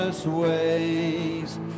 ways